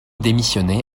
démissionner